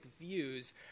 views